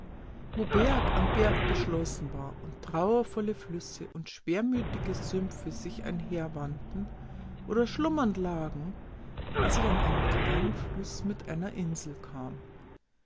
wo berg an berg geschlossen war und trauervolle flüsse und schwermütige sümpfe sich einherwanden oder schlummernd lagen als ich an einen kleinen fluß mit einer insel kam